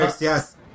yes